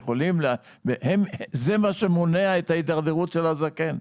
כי זה מה שמונע את ההידרדרות במצבו של הזקן,